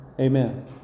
Amen